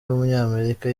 w’umunyamerika